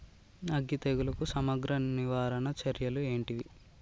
అగ్గి తెగులుకు సమగ్ర నివారణ చర్యలు ఏంటివి?